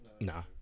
Nah